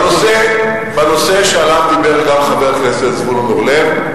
בנושא שעליו דיבר חבר הכנסת זבולון אורלב.